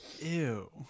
Ew